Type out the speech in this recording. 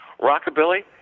Rockabilly